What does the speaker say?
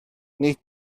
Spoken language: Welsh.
nid